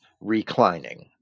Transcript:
Reclining